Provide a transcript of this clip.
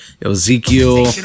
Ezekiel